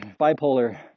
bipolar